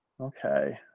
Okay